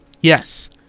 Yes